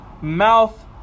mouth